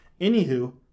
Anywho